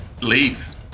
leave